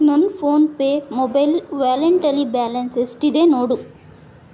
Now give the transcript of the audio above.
ನನ್ನ PhonePe mobile ವ್ಯಾಲೆಂಟಲ್ಲಿ balance ಎಷ್ಟಿದೆ ನೋಡು